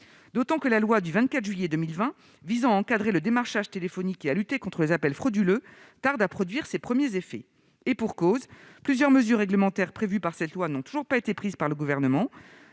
consommateur. La loi du 24 juillet 2020 visant à encadrer le démarchage téléphonique et à lutter contre les appels frauduleux tarde à produire ses premiers effets. Et pour cause, plusieurs mesures réglementaires prévues par cette loi n'ont toujours pas été prises par le Gouvernement,